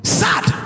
sad